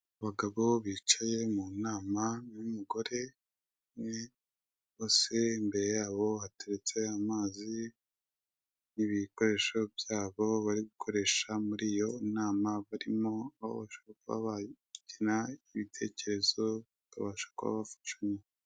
Abagabo bicaye mu nama. Imbere yabo hateretse amazi n'ibindi bikoresho byabo, bari gukoresha muri iyo nama barimo bahana ibitekerezo.